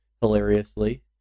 hilariously